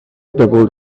doubled